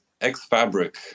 X-Fabric